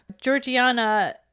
Georgiana